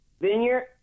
vineyard